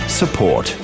support